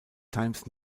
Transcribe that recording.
times